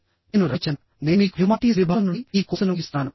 నేను రవి చంద్ర నేను మీకు హ్యుమానిటీస్ విభాగం నుండి ఈ కోర్సును ఇస్తున్నాను